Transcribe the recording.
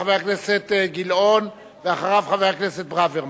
חבר הכנסת גילאון, ואחריו, חבר הכנסת ברוורמן.